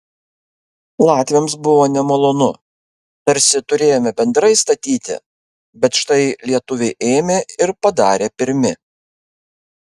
latviams buvo nemalonu tarsi turėjome bendrai statyti bet štai lietuviai ėmė ir padarė pirmi